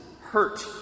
hurt